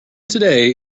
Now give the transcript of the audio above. today